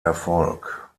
erfolg